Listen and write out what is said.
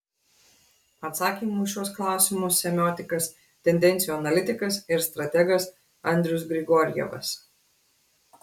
atsakymų į šiuos klausimus semiotikas tendencijų analitikas ir strategas andrius grigorjevas